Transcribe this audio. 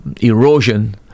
erosion